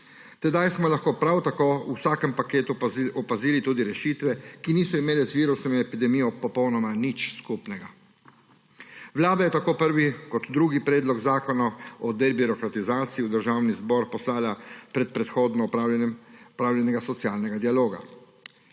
Tedaj smo lahko prav tako v vsakem paketu opazili tudi rešitve, ki niso imele z virusom in epidemijo popolnoma nič skupnega. Vlada je tako prvi kot drugi Predlog zakona o debirokratizaciji v Državni zbor poslala brez predhodno opravljenega socialnega dialoga.